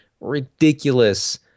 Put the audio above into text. ridiculous